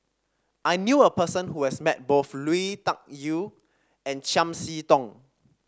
I knew a person who has met both Lui Tuck Yew and Chiam See Tong